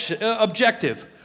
objective